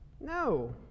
No